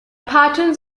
patterns